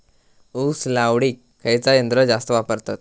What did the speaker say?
ऊस लावडीक खयचा यंत्र जास्त वापरतत?